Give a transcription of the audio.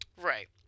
Right